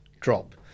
drop